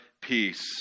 peace